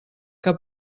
que